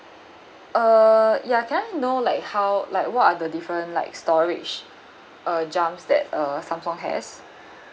err ya can I know like how like what are the different like storage uh that err samsung has